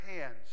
hands